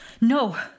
No